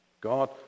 God